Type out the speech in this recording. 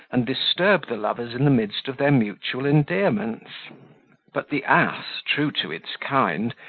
and disturb the lovers in the midst of their mutual endearments but the ass, true to its kind,